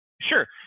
Sure